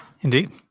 indeed